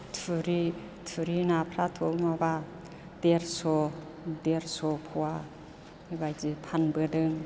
थुरि थुरि नाफ्राथ' माबा देरस' देरस' पवा बेबायदि फानबोदों